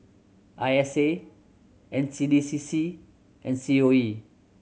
I S A N C D C C and C O E